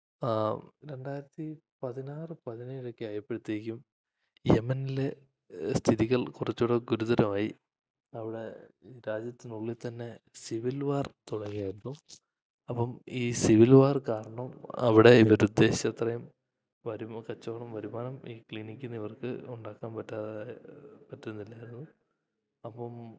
രണ്ടായിരത്തി പതിനാറ് പതിനേഴൊക്കെ ആയപ്പോഴേക്കും യമനിലെ സ്ഥിതികൾ കുറച്ചുകൂടി ഗുരുതരമായി അവിടെ രാജ്യത്തിനുള്ളിൽ തന്നെ സിവിൽ വാർ തുടങ്ങിയിരുന്നു അപ്പം ഈ സിവിൽ വാർ കാരണം അവിടെ ഇവരുദ്ദേശിച്ചത്രയും വരുമാനം കച്ചവടം വരുമാനം ഈ ക്ലിനിക്കിന് ഇവർക്ക് ഉണ്ടാക്കാൻ പറ്റാതെ പറ്റുന്നില്ലായിരുന്നു അപ്പം